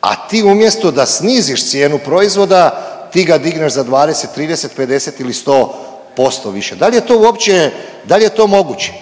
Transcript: a ti umjesto da sniziš cijenu proizvoda, ti ga digneš za 20, 30, 50 ili 100% više. Da li je to uopće, da li je to moguće?